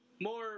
more